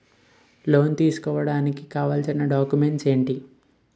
Loan తీసుకోడానికి కావాల్సిన documents ఎంటి?